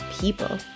people